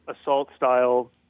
assault-style